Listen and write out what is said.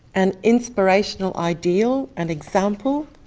an inspirational ideal and example,